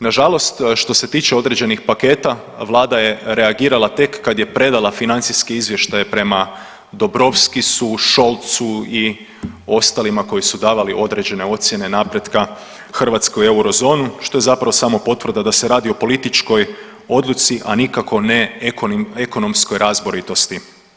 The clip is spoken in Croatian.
Nažalost što se tiče određenih paketa vlada je reagirala tek kad je predala financijske izvještaje prema Dobrovskysu, Scholtzu i ostalima koji su davali određene ocjene napretka Hrvatskoj u eurozonu što je zapravo samo potvrda da se radi o političkoj odluci, a nikako ne ekonomskoj razboritosti.